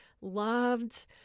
loved